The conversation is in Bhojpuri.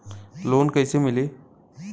लोन कइसे मिलि?